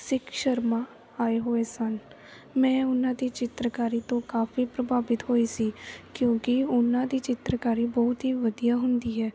ਸਿੱਖ ਸ਼ਰਮਾ ਆਏ ਹੋਏ ਸਨ ਮੈਂ ਉਨਾਂ ਦੀ ਚਿੱਤਰਕਾਰੀ ਤੋਂ ਕਾਫੀ ਪ੍ਰਭਾਵਿਤ ਹੋਈ ਸੀ ਕਿਉਂਕਿ ਉਹਨਾਂ ਦੀ ਚਿੱਤਰਕਾਰੀ ਬਹੁਤ ਹੀ ਵਧੀਆ ਹੁੰਦੀ ਹੈ